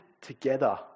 together